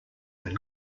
than